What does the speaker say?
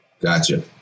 Gotcha